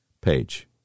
page